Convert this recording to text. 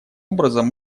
образом